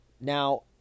now